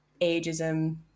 ageism